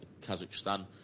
Kazakhstan